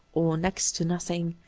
or next to nothing.